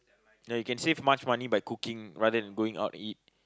ya you save much money by cooking rather than going out and eat